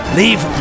leave